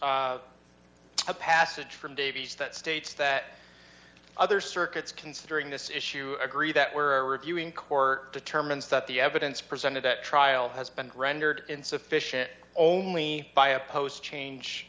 a passage from davies that states that other circuits considering this issue agree that were reviewing court determines that the evidence presented at trial has been rendered insufficient only by a post change